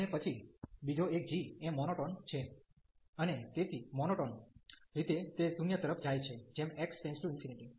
અને પછી બીજો એક g એ મોનોટોન છે અને તેથી મોનોટોન રીતે તે 0 તરફ જાય છે જેમ x→∞